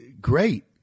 great